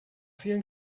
vielen